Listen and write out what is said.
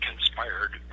Conspired